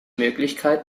möglichkeit